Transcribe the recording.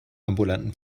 ambulanten